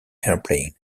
airplane